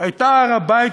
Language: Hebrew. הייתה הר-הבית,